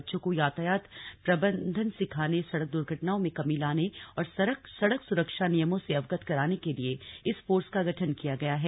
बच्चों को यातायात प्रबंधन सिखाने सड़क दुर्घटनाओं में कमी लाने और सड़क सुरक्षा नियमों से अवगत कराने के लिए इस फोर्स का गठन किया गया है